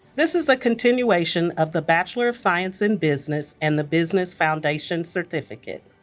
this is a continuation of the bachelor of science in business and the business foundations certificate.